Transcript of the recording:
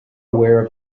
aware